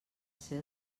ser